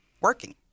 working